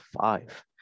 five